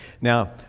Now